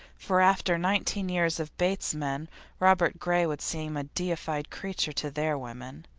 for after nineteen years of bates men robert gray would seem a deified creature to their women.